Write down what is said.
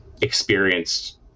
experienced